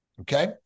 Okay